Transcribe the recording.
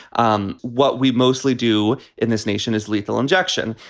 um what we mostly do in this nation is lethal injection.